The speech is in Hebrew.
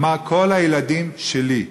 הוא אמר: כל הילדים, שלי.